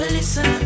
Listen